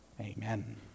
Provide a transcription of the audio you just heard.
Amen